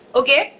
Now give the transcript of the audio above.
okay